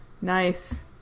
Nice